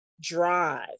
Drive